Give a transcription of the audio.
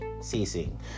ceasing